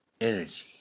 energy